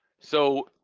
so